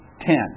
ten